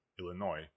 Illinois